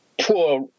poor